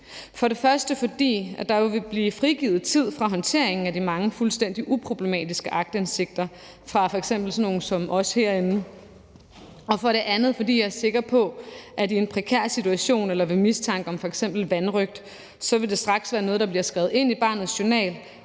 for det første, fordi der jo vil blive frigivet tid fra håndteringen af de mange fuldstændig uproblematiske aktindsigter til f.eks. sådan nogle som os herinde. Og det er for det andet, fordi jeg er sikker på, at i en prekær situation eller ved mistanke om f.eks. vanrøgt, vil det straks være noget, der bliver skrevet ind i barnets journal,